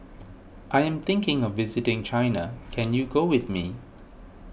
I am thinking of visiting China can you go with me